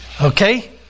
Okay